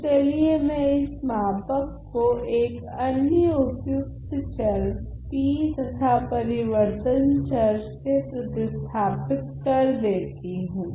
तो चलिए मैं इस मापक को एक अन्य उपयुक्त चर t तथा परिवर्तन चर से प्रतिस्थापित कर देती हूँ